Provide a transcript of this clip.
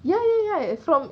ya ya ya from